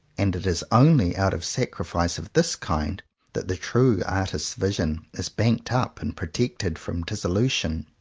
and it is only out of sacrifice of this kind that the true artist's vision is banked up and protected from dissolution.